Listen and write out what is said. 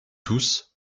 tous